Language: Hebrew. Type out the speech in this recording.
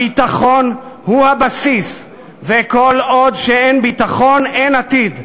הביטחון הוא הבסיס, וכל עוד אין ביטחון, אין עתיד.